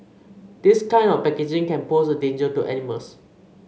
this kind of packaging can pose a danger to animals